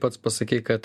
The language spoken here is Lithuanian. pats pasakei kad